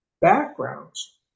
backgrounds